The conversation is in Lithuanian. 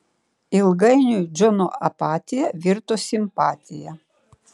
ilgainiui džono apatija virto simpatija